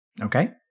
Okay